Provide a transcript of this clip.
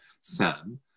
Sam